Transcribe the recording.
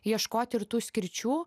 ieškoti ir tų skirčių